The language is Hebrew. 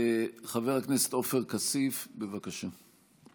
חבר הכנסת עופר כסיף, בבקשה.